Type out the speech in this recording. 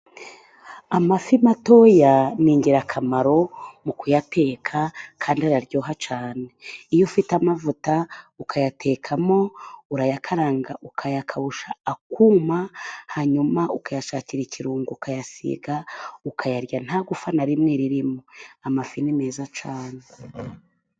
Amafi matoya ni ingirakamaro mu kuyateka, kandi ayaryoha cyane. Iyo ufite amavuta ukayatekamo, urayakaranga, ukayakarusha akuma, hanyuma ukayashakira ikirungo ukayasiga, ukayarya nta gufa na rimwe ririmo. Amafi ni meza cyane.